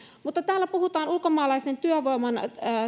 mutta täällä puhutaan ulkomaalaisen työvoiman